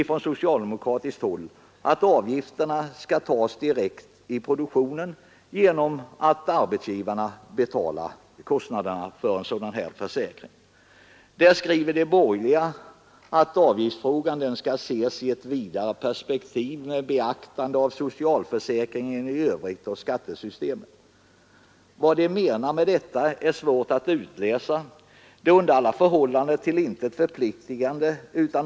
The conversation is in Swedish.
Från socialdemokratiskt håll vill vi att avgifterna skall tas direkt i produktionen genom att arbetsgivarna betalar kostnaderna för en sådan här försäkring. De borgerliga skriver att avgiftsfrågan skall ses i ett vidare perspektiv med beaktande av socialförsäkringen i övrigt och skattesystemet. Vad de menar med detta är svårt att utläsa. Det är under alla förhållanden till intet förpliktigande.